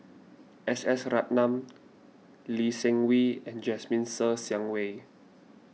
S S Ratnam Lee Seng Wee and Jasmine Ser Xiang Wei